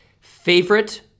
favorite